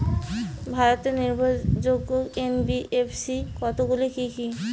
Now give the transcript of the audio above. ভারতের নির্ভরযোগ্য এন.বি.এফ.সি কতগুলি কি কি?